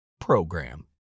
program